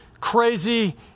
crazy